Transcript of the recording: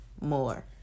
more